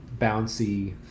bouncy